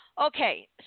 Okay